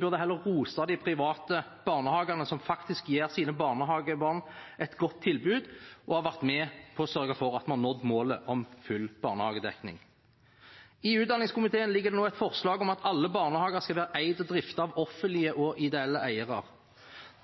burde heller rose de private barnehagene som faktisk gir sine barnehagebarn et godt tilbud og har vært med på å sørge for at vi har nådd målet om full barnehagedekning. I utdanningskomiteen ligger det nå et forslag om at alle barnehager skal være eid og driftet av offentlige og ideelle eiere.